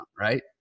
Right